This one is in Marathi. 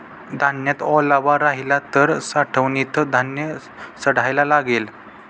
धान्यात ओलावा राहिला तर साठवणीत धान्य सडायला लागेल